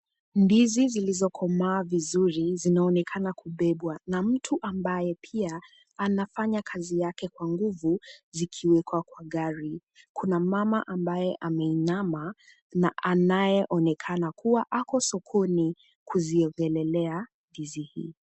Ndizi zilizokomaa vizuri zinaonekana kubebwa na mtu ambaye pia anafanya kazi yake kwa nguvu zikiwekwa kwa gari. Kuna mumama ambaye ameinama na anayeonekana kuwa ako sokoni kuziongelelea ndizi hii.